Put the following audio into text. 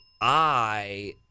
I